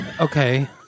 Okay